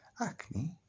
Acne